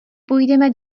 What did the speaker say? půjdeme